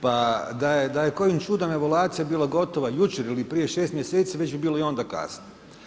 Pa da je kojim čudom evaluacija bila gotova jučer ili prije 6 mjeseci već bi bilo i onda kasno.